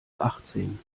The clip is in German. achtzehn